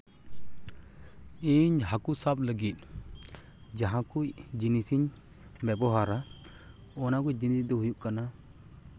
ᱤᱧ ᱦᱟᱹᱠᱩ ᱥᱟᱵ ᱞᱟᱹᱜᱤᱫ ᱡᱟᱦᱟᱸ ᱠᱚ ᱡᱤᱱᱤᱥᱤᱧ ᱵᱮᱵᱚᱦᱟᱨᱟ ᱚᱱᱟ ᱠᱚ ᱡᱤᱱᱤᱥ ᱫᱚ ᱦᱩᱭᱩᱜ ᱠᱟᱱᱟ